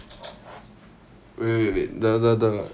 wait wait wait the the the